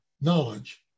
knowledge